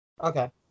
Okay